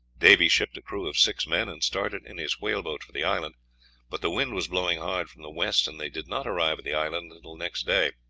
davy shipped a crew of six men, and started in his whaleboat for the island but the wind was blowing hard from the west, and they did not arrive at the island until next day.